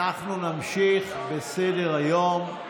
אנחנו נמשיך בסדר-היום.